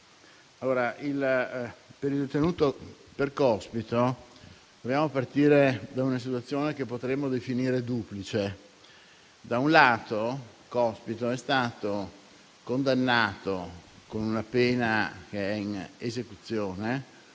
per il detenuto Cospito proviamo a partire da una situazione che potremmo definire duplice. Da un lato, Cospito è stato condannato, con una pena che è in esecuzione,